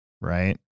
Right